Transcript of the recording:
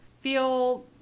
feel